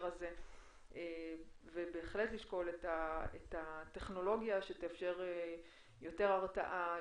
הזה ובהחלט לשקול את הטכנולוגיה שתאפשר יותר הרתעה,